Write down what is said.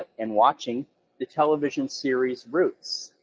and watching the television series, roots,